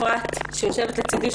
אפרת שוקרון שיושבת לצדי,